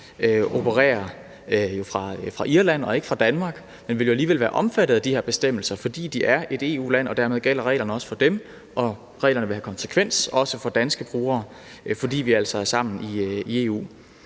tjenester, fra Irland og ikke fra Danmark, men de vil alligevel være omfattet af de her bestemmelser, fordi det er et EU-land og reglerne dermed også gælder for dem, og reglerne vil også have konsekvens for danske brugere, altså fordi vi er sammen i EU.